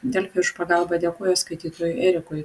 delfi už pagalbą dėkoja skaitytojui erikui